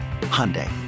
Hyundai